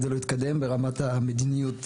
זה לא התקדם ברמת המדיניות,